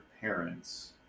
parents